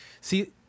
See